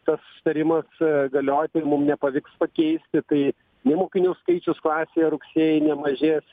tas susitarimas galioti ir mum nepavyks pakeisti tai nei mokinių skaičius klasėje rugsėjį nemažės